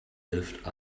lived